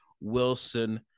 Wilson